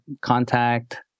contact